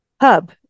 hub